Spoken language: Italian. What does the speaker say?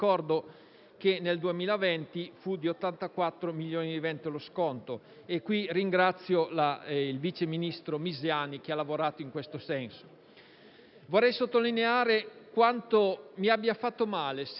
che nel 2020 fu di 84 milioni. Al riguardo, ringrazio il vice ministro Misiani che ha lavorato in questo senso. Vorrei sottolineare quanto mi abbia fatto male sentire